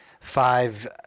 five